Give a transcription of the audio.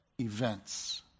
events